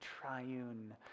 triune